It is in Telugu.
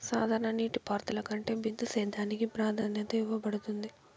సాధారణ నీటిపారుదల కంటే బిందు సేద్యానికి ప్రాధాన్యత ఇవ్వబడుతుంది